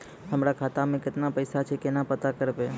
हमरा खाता मे केतना पैसा छै, केना पता करबै?